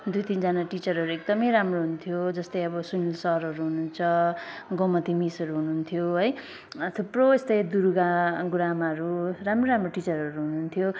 दुई तिनजाना टिचरहरू एकदमै राम्रो हुनुहुन्थ्यो जस्तै आअब सुनिल सरहरू हुनुहुन्छ गोमती मिसहरू हुनुहुन्थ्यो है अँ थुप्रो यस्तै दुर्गा गुरुमाहरू राम्रो राम्रो टिचरहरू हुनुहुन्थ्यो